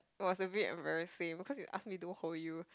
was a bit embarrassing because you asked me to hold you